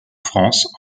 france